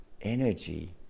energy